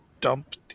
dump